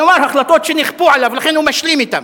כלומר, החלטות שנכפו עליו, ולכן הוא משלים אתן.